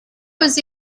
was